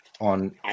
on